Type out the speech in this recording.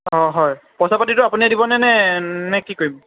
অঁ হয় পইচা পাতিটো আপুনিয়ে দিবনে নে নে কি কৰিম